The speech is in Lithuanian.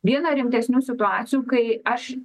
vieną rimtesnių situacijų kai aš